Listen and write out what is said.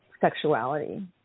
sexuality